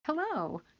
Hello